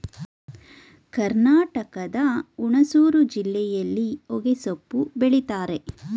ಕರ್ನಾಟಕದ ಹುಣಸೂರು ಜಿಲ್ಲೆಯಲ್ಲಿ ಹೊಗೆಸೊಪ್ಪು ಬೆಳಿತರೆ